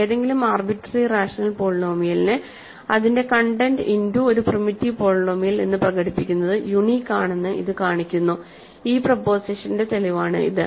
ഏതെങ്കിലും arbitrary rational പോളിനോമിയലിനെ അതിന്റെ കണ്ടെന്റ് ഇന്റു ഒരു പ്രിമിറ്റീവ് പോളിനോമിയൽ എന്ന് പ്രകടിപ്പിക്കുന്നത് യൂണീക്ക് ആണെന്ന് ഇത് കാണിക്കുന്നു ഈ പ്രെപോസിഷന്റെ തെളിവാണ് ഇത്